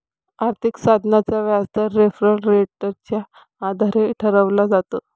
आर्थिक साधनाचा व्याजदर रेफरल रेटच्या आधारे ठरवला जातो